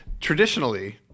traditionally